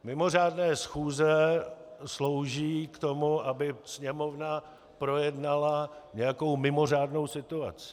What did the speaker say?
Mimořádné schůze slouží k tomu, aby Sněmovna projednala nějakou mimořádnou situaci.